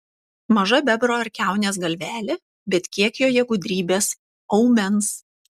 maža bebro ar kiaunės galvelė bet kiek joje gudrybės aumens